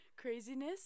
craziness